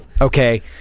Okay